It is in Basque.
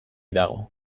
dago